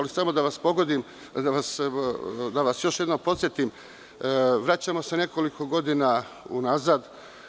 Dozvolite mi da vas još jednom podsetim, vraćamo se nekoliko godina u nazad.